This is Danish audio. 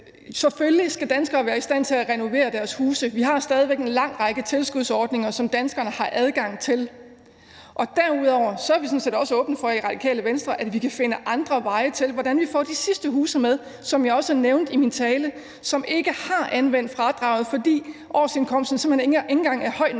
Selvfølgelig skal danskere være i stand til at renovere deres huse. Vi har stadig væk en lang række tilskudsordninger, som danskerne har adgang til. Derudover er vi sådan set også åbne for i Radikale Venstre, at vi kan finde andre veje til, hvordan vi får de sidste huse med, som jeg også nævnte i min tale, som ikke har anvendt fradraget, fordi årsindkomsten simpelt hen ikke engang er høj nok